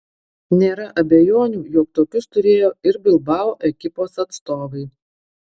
nėra abejonių jog tokius turėjo ir bilbao ekipos atstovai